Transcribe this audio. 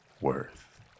worth